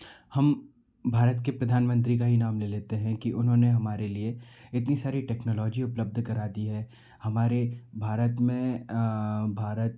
हम भारत के प्रधानमंत्री का ही नाम ले लेते हैं कि उन्होंने हमारे लिए इतनी सारी टेक्नोलॉजी उपलब्ध करा दी है हमारे भारत में भारत